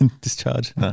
discharge